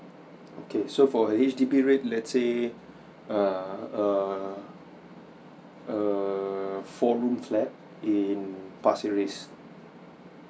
okay so for a H_D_B rate let's say err err err four room flat in pasir ris